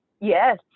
Yes